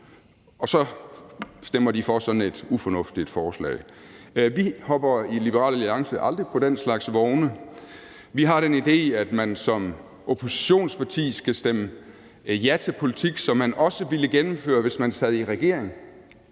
Og så stemmer de for sådan et ufornuftigt forslag. Vi hopper i Liberal Alliance aldrig på den slags vogne. Vi har den idé, at man som oppositionsparti skal stemme ja til politik, som man også ville gennemføre, hvis man sad i regering,